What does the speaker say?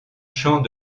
champs